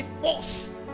force